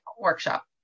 workshop